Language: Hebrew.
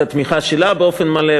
את התמיכה שלה באופן מלא,